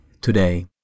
today